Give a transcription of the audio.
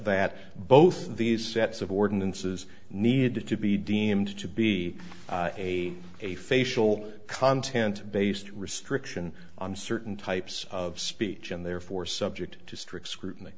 that both of these sets of ordinances need to be deemed to be a a facial content based restriction on certain types of speech and therefore subject to strict scrutiny